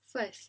first